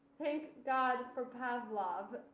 thank god for pavlov.